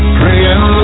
praying